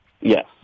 yes